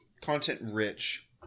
content-rich